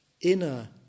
inner